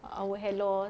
our hair loss